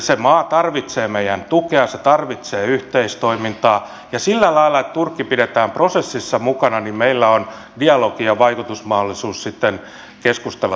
se maa tarvitsee meidän tukeamme se tarvitsee yhteistoimintaa ja sillä lailla että turkki pidetään prosessissa mukana meillä on dialogi ja vaikutusmahdollisuus sitten keskustella turkin kanssa